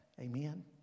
Amen